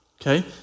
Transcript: Okay